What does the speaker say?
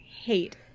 hate